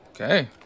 Okay